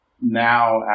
now